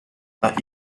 that